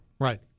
Right